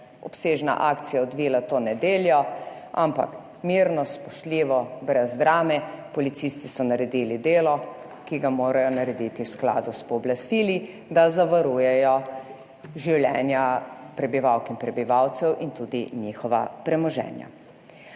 obsežna akcija odvila to nedeljo, ampak mirno, spoštljivo, brez drame, policisti so naredili delo, ki ga morajo narediti v skladu s pooblastili, da zavarujejo življenja prebivalk in prebivalcev in tudi njihova premoženja.